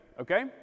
okay